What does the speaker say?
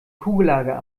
kugellager